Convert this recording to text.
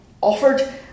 offered